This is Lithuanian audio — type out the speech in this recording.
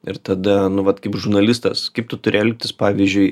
ir tada nu vat kaip žurnalistas kaip tu turi elgtis pavyzdžiui